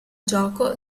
gioco